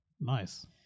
Nice